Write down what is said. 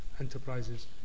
enterprises